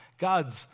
God's